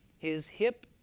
his hip,